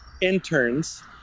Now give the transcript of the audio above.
interns